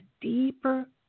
deeper